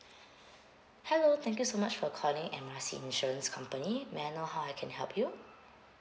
hello thank you so much for calling M R C insurance company may I know how I can help you